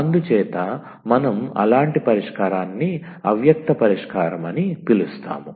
అందుచేత మనం అలాంటి పరిష్కారాన్ని అవ్యక్త పరిష్కారం అని పిలుస్తాము